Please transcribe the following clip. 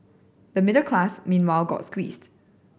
the middle class meanwhile got squeezed